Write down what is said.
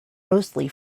mostly